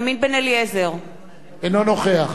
אינו נוכח מיכאל בן-ארי,